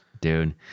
dude